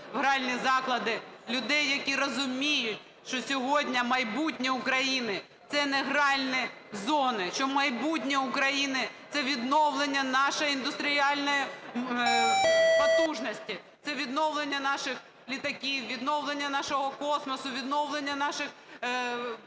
гральні заклади, людей, які розуміють, що сьогодні майбутнє України – це не гральні зони, що майбутнє України – це відновлення нашої індустріальної потужності. Це відновлення наших літаків, відновлення нашого космосу, відновлення наших